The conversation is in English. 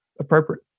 Appropriate